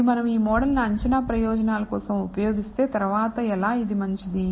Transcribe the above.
మరియు మనం ఈ మోడల్ను అంచనా ప్రయోజనాల కోసం ఉపయోగిస్తే తరువాత ఎలా ఇది మంచిది